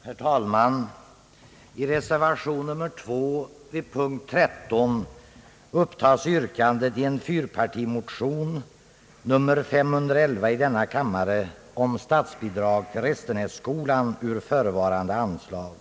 Herr talman! I reservationen vid punkt 13 upptas yrkandet i en fyrpartimotion nr 511 i denna kammare om statsbidrag till Restenässkolan ur förevarande anslag.